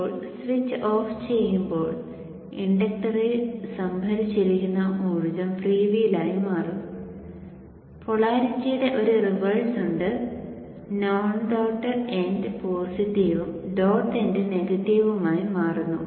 ഇപ്പോൾ switch off ചെയ്യുമ്പോൾ ഇൻഡക്ടറിൽ സംഭരിച്ചിരിക്കുന്ന ഊർജ്ജം ഫ്രീ വീൽ ആയി മാറും പോളാരിറ്റിയുടെ ഒരു റിവേഴ്സ് ഉണ്ട് നോൺ ഡോട്ട് എൻഡ് പോസിറ്റീവും ഡോട്ട് എൻഡ് നെഗറ്റീവും ആയി മാറുന്നു